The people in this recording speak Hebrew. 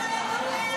לא.